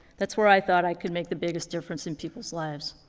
that's where i thought i could make the biggest difference in people's lives.